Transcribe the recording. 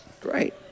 Great